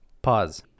pause